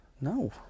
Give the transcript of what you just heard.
no